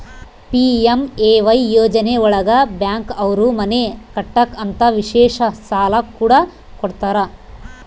PMAY ಯೋಜನೆ ಒಳಗ bank ಅವ್ರು ಮನೆ ಕಟ್ಟಕ್ ಅಂತ ವಿಶೇಷ ಸಾಲ ಕೂಡ ಕೊಡ್ತಾರ